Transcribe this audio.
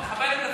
תכבד את עצמך.